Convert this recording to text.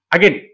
Again